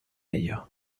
ello